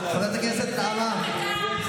חבר הכנסת אריאל קלנר, אינו נוכח.